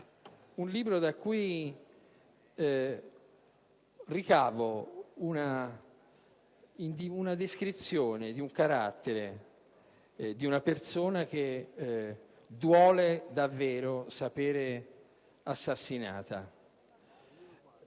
Dal libro ho ricavato la descrizione del carattere di una persona che duole davvero sapere assassinata.